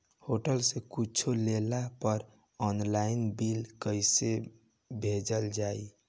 Hotel से कुच्छो लेला पर आनलाइन बिल कैसे भेजल जाइ?